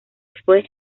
fue